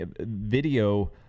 video